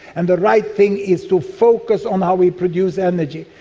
and the right thing is to focus on how we produce energy.